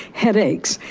headache,